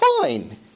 fine